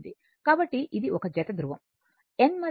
కాబట్టి ఇది 1 జత ధృవం N మరియు S